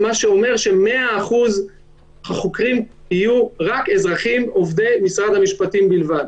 מה שאומר שמאה אחוז החוקרים יהיו אזרחים עובדי משרד המשפטים בלבד.